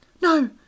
No